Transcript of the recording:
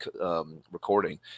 recording